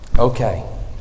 Okay